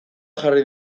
jarri